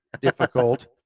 difficult